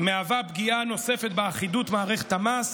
פגיעה נוספת באחידות מערכת המס,